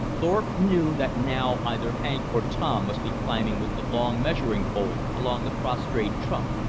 thorpe knew that now either hank or tom must be climbing with the long measuring pole along the prostrate trunk,